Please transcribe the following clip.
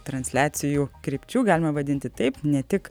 transliacijų krypčių galima vadinti taip ne tik